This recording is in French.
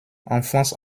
enfance